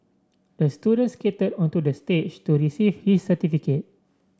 the student skated onto the stage to receive his certificate